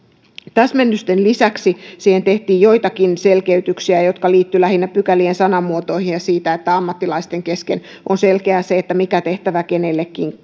täsmennysten lisäksi siihen tehtiin joitakin selkeytyksiä jotka liittyivät lähinnä pykälien sanamuotoihin ja siihen että ammattilaisten kesken on selkeää se mikä tehtävä kenellekin